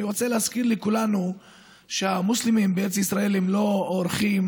אני רוצה להזכיר לכולנו שהמוסלמים בארץ ישראל הם לא אורחים.